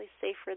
safer